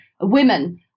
women